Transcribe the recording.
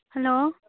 hello